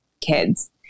kids